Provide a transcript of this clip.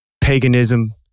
paganism